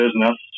business